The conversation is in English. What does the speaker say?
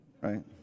right